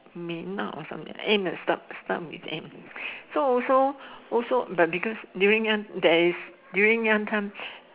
mei-na or something like that start start with M so also also also but because during young there is during young time